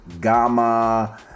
Gamma